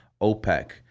OPEC